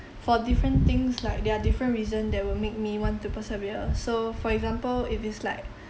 for different things like there are different reason that would make me want to persevere so for example if it's like